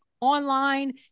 online